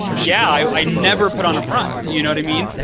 yeah, i never put on a front. you know what i mean?